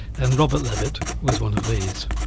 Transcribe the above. and robert levitt was one of these.